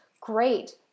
Great